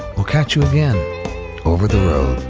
we'll catch you again over the road